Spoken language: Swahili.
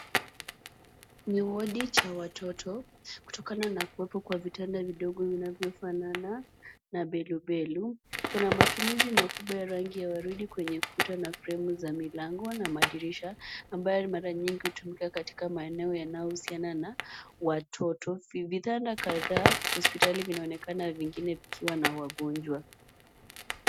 Ni wodi cha watoto kutokana na kuwepo kwa vitanda vidogo vinavyofanana na belubelu. Kuna matumizi makubwa ya rangi ya waridi kwenye kuta na fremu za milango na madirisha ambayo mara nyingi hutumika katika maeneo yanayohusiana na watoto, vitanda kadhaa hospitali vinaonekana vingine vikiwa na wagonjwa.